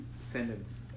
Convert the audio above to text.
sentence